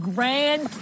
Grand